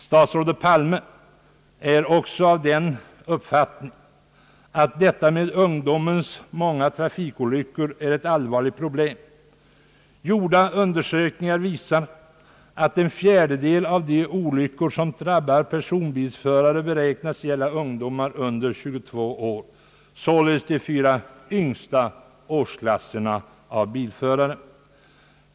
Statsrådet Palme är också av den uppfattningen att detta med ungdomens många trafikolyckor är ett allvarligt problem. Gjorda undersökningar visar att en fjärdedel av de olyckor som drabbar personbilsförare beräknas gälla ungdomar under 22 år, således de fyra yngsta årsklasserna av bilförare.